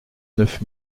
neuf